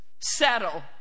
settle